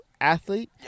athlete